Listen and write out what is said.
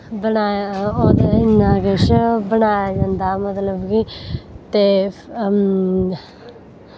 इन्ना किश बनाया जंदा मतलव कि के हूं